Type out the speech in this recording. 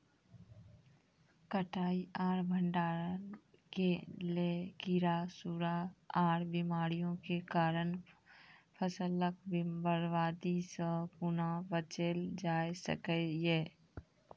कटाई आर भंडारण के लेल कीड़ा, सूड़ा आर बीमारियों के कारण फसलक बर्बादी सॅ कूना बचेल जाय सकै ये?